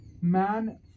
man